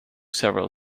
several